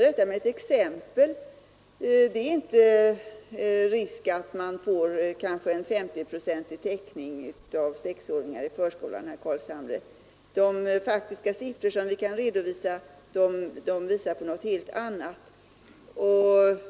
Det är inte någon risk att man får en kanske 50-procentig täckning av sexåringar i förskolan, herr Carlshamre. De faktiska siffror som vi kan redovisa tyder på något helt annat. Det är kanske enklast att belysa detta med ett exempel.